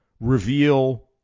reveal